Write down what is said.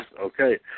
Okay